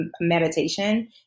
meditation